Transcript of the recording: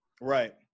Right